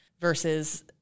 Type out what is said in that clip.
versus